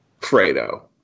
Fredo